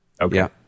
Okay